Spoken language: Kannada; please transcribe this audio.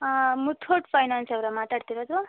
ಹಾಂ ಮುಥೂಟ್ ಫೈನಾನ್ಸವ್ರಾ ಮಾತಾಡ್ತಿರೋದು